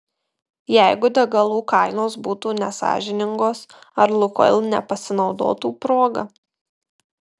jeigu degalų kainos būtų nesąžiningos ar lukoil nepasinaudotų proga